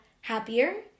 happier